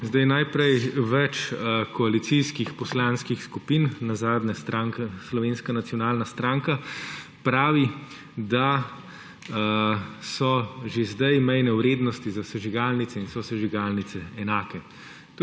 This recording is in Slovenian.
Najprej več koalicijskih poslanskih skupin, nazadnje stranka Slovenska nacionalna stranka, pravijo, da so že zdaj mejne vrednosti za sežigalnice in sosežigalnice enake.